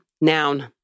Noun